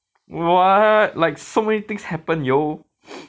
what like so many things happen yo